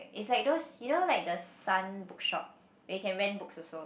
is like those you know like the Sun Bookshop they can rent books also